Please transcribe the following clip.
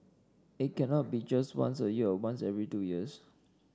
it cannot be just once a year or once every two years